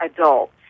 adults